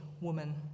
woman